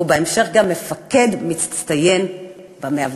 ובהמשך גם מפקד מצטיין ב-101.